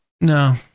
No